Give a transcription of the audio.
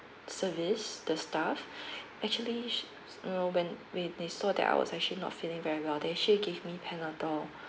service the staff actually you know when when they saw that I was actually not feeling very well they actually gave me panadol